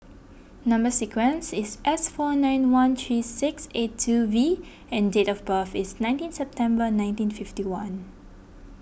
Number Sequence is S four nine one three six eight two V and date of birth is nineteen September nineteen fifty one